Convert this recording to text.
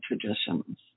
traditions